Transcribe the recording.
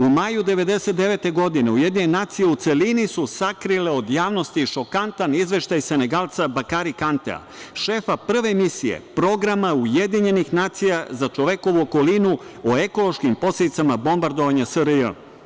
U maju 1999. godine UN je u celini sakrio od javnosti šokantan izveštaj senegalca Bakari Kantea, šefa prv misije programa UN za čovekovu okolinu o ekološkim posledicama bombardovanja SRJ.